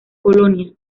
colonia